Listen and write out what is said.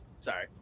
Sorry